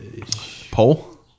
Paul